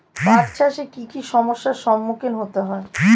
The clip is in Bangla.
পাঠ চাষে কী কী সমস্যার সম্মুখীন হতে হয়?